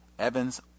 Evans